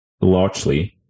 largely